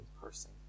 person